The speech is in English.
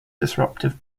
destructive